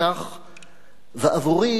ועבורי", אמר גנדי,